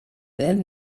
then